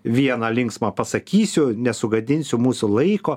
vieną linksmą pasakysiu nesugadinsiu mūsų laiko